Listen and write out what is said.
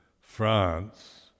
France